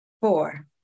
Four